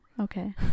Okay